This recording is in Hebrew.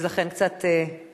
אז לכן יש קצת התמהמהות.